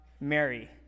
Mary